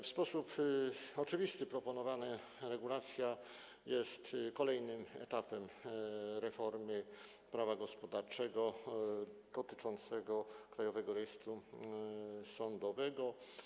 W sposób oczywisty proponowana regulacja jest kolejnym etapem reformy prawa gospodarczego dotyczącym Krajowego Rejestru Sądowego.